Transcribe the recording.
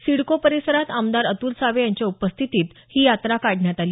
सिडको परिसरात आमदार अतुल सावे यांच्या उपस्थितीत ही यात्रा काढण्यात आली